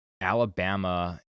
alabama